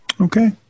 Okay